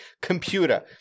computer